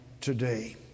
today